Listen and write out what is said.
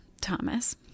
Thomas